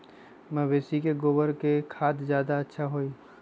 मवेसी के गोबर के खाद ज्यादा अच्छा होई?